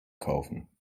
kaufen